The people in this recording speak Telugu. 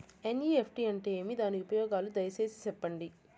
ఎన్.ఇ.ఎఫ్.టి అంటే ఏమి? దాని ఉపయోగాలు దయసేసి సెప్పండి?